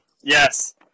Yes